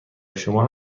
شما